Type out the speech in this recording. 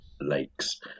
lakes